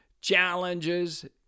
challenges